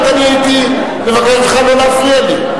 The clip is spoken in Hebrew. אחרת הייתי מבקש ממך לא להפריע לי.